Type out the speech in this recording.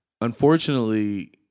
unfortunately